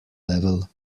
level